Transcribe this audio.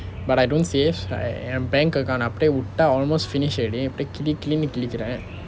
but I don't save என்:en bank account அப்படியே விட்டா:appadiye vittaa almost finish already அப்புறம் கிழி கிழின்னு கிழிக்கிறேன்:appurom kili kilinnu kilikiren